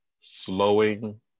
slowing